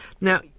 Now